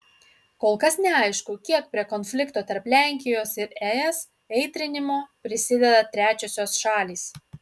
kol kas neaišku kiek prie konflikto tarp lenkijos ir es aitrinimo prisideda trečiosios šalys